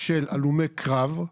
של הלומי קרב,